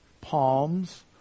palms